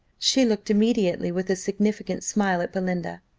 she looked immediately with a significant smile at belinda.